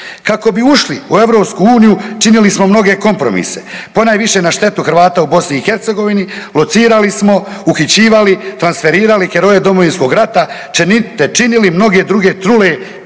Kako bi ušli u EU činili smo mnoge kompromise, ponajviše na štetu Hrvata u BiH, locirali smo, uhićivali i tansferirali heroje Domovinskog rata, te činili mnoge druge trule